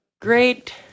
Great